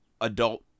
adult